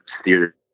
steer